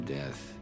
death